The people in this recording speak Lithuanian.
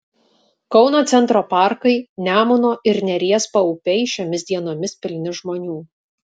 kauno centro parkai nemuno ir neries paupiai šiomis dienomis pilni žmonių